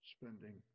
spending